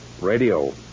radio